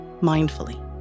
mindfully